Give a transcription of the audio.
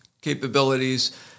capabilities